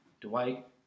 Dwight